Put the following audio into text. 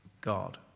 God